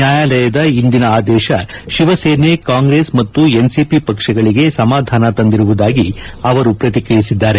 ನ್ಯಾಯಾಲಯದ ಇಂದಿನ ಆದೇಶ ಶಿವಸೇನೆ ಕಾಂಗೆಸ್ ಮತ್ತು ಎನ್ಸಿಪಿ ಪಕ್ಷಗಳಿಗೆ ಸಮಾಧಾನ ತಂದಿರುವುದಾಗಿ ಅವರು ಪ್ರತಿಕ್ರಿಯಿಸಿದ್ದಾರೆ